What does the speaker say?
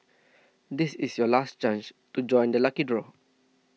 this is your last chance to join the lucky draw